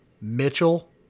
Mitchell